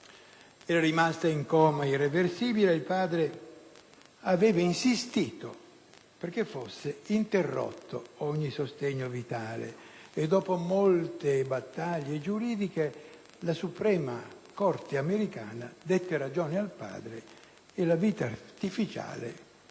era rimasta in coma irreversibile e il padre aveva insistito perché fosse interrotto ogni sostegno vitale. Dopo molte battaglie giuridiche, nel 1976 la Suprema Corte americana dette ragione al padre e la vita artificiale